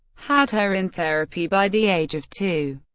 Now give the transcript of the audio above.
had her in therapy by the age of two.